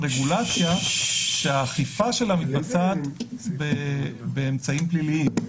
רגולציה שהאכיפה שלה מתבצעת באמצעים פליליים.